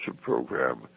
program